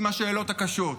עם השאלות הקשות.